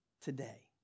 today